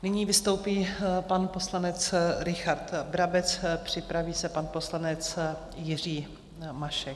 Nyní vystoupí pan poslanec Richard Brabec, připraví se pan poslanec Jiří Mašek.